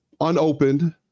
unopened